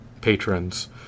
patrons